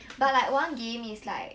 but like one game is like